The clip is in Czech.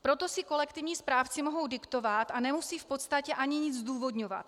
Proto si kolektivní správci mohou diktovat a nemusí v podstatě ani nic zdůvodňovat.